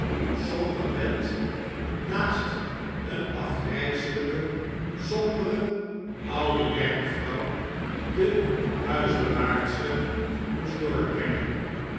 bed naast een afgrijselijke sombere oude werkvrouw de huisbewaarster moest doorbrengen